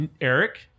Eric